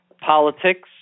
politics